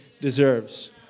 deserves